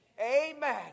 Amen